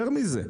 יותר מזה,